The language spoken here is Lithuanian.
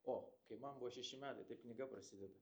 o kai man buvo šeši metai taip knyga prasideda